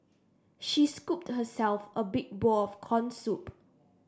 she scooped herself a big bowl of corn soup